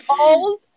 old